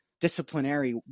disciplinary –